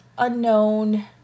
unknown